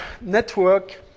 network